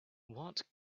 what